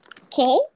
Okay